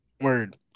Word